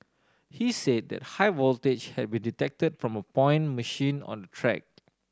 he said that high voltage had been detected from a point machine on track